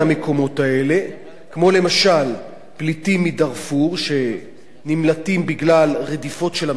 כמו למשל פליטים מדארפור שנמלטים בגלל רדיפות של הממשלה,